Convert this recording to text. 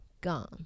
gone